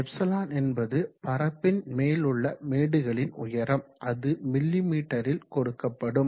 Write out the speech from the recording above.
ε என்பது பரப்பின் மேல் உள்ள மேடுகளின் உயரம் அது மிமீ ல் கொடுக்கப்படும்